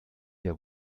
der